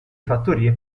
fattorie